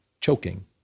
choking